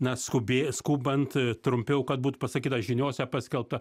na skubė skubant trumpiau kad būt pasakyta žiniose paskelbta